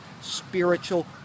spiritual